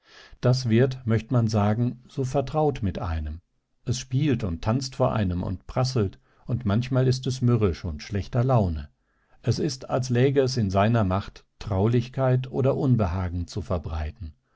das wird möcht man sagen so vertraut mit einem es spielt und tanzt vor einem und prasselt und manchmal ist es mürrisch und schlechter laune es ist als läge es in seiner macht traulichkeit oder unbehagen zu verbreiten